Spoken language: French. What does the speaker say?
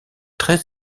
très